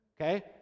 Okay